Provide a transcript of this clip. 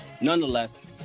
nonetheless